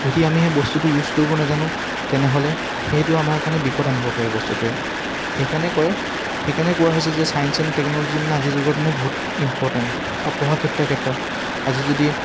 যদি আমি সেই বস্তুটো ইউজ কৰিব নেজানো তেনেহ'লে সেইটো আমাৰ কাৰণে বিপদ আনিব পাৰে বস্তুটোৱে সেইকাৰণে কয় সেইকাৰণে কোৱা হৈছে যে চায়েন্স এণ্ড টেকনলজি মানে আজিৰ যুগত মানে বহুত ইম্পৰ্টেণ্ট আৰু পঢ়া ক্ষেত্ৰৰ ক্ষেত্ৰত আজি যদি